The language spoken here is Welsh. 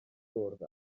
bwrdd